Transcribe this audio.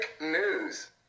news